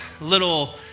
little